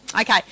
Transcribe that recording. Okay